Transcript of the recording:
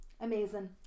amazing